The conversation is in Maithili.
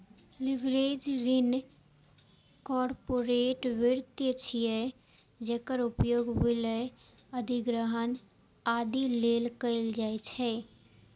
लीवरेज्ड ऋण कॉरपोरेट वित्त छियै, जेकर उपयोग विलय, अधिग्रहण, आदि लेल कैल जाइ छै